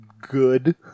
good